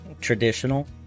traditional